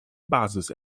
basis